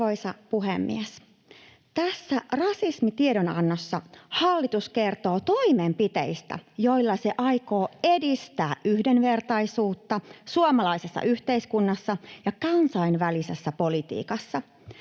Arvoisa puhemies! Tässä rasismitiedonannossa hallitus kertoo toimenpiteistä, joilla se aikoo edistää yhdenvertaisuutta suomalaisessa yhteiskunnassa ja kansainvälisessä politiikassa.